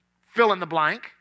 fill-in-the-blank